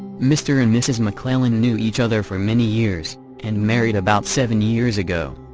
mr. and mrs. mcclellan knew each other for many years and married about seven years ago.